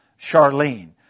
Charlene